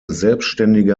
selbständige